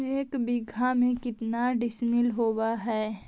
एक बीघा में केतना डिसिमिल होव हइ?